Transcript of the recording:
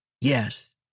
Yes